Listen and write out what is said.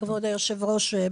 כבוד היושב ראש,